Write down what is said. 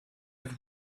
have